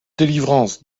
delivrance